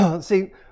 See